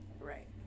Right